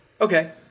Okay